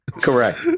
Correct